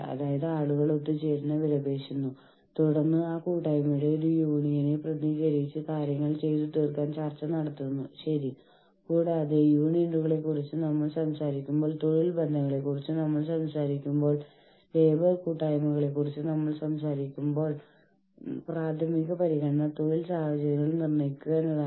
അതിനാൽ ഈ ജീവനക്കാരുടെ സംഘടനകൾ ജീവനക്കാരുടെ ഈ കൂട്ടായ സംഘടനകൾ ഓർഗനൈസേഷന്റെ അഡ്മിനിസ്ട്രേറ്റീവ് സംഘടനകൾ എന്നിവ തമ്മിലുള്ള ബന്ധം എങ്ങനെ നിലനിർത്തണം എന്നതിനെ നിയന്ത്രിക്കുന്ന ചില സ്റ്റാൻഡേർഡ് ചട്ടങ്ങളും നയങ്ങളും അല്ലെങ്കിൽ നിയമങ്ങളും ഇവയാണ്